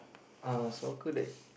uh soccer that